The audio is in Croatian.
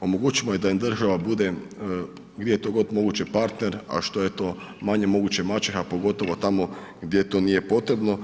omogućimo da im država bude gdje je to god moguće partner a što je to manje moguće maćeha, pogotovo tamo gdje to nije potrebno.